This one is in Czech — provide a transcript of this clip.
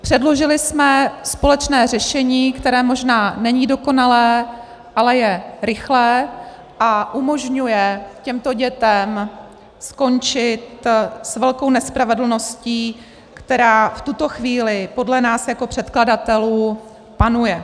Předložili jsme společné řešení, které možná není dokonalé, ale je rychlé a umožňuje těmto dětem skončit s velkou nespravedlností, která v tuto chvíli podle nás jako předkladatelů panuje.